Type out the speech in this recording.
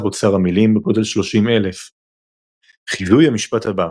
אוצר המילים בגודל 30,000. חיזוי המשפט הבא